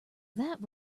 that